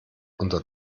unter